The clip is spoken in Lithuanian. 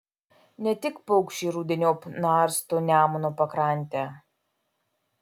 ne tik paukščiai rudeniop narsto nemuno pakrantę